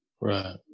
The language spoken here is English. Right